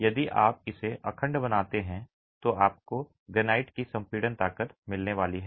यदि आप इसे अखंड बनाते हैं तो आपको ग्रेनाइट की संपीड़न ताकत मिलने वाली है